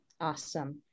awesome